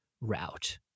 route